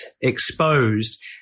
exposed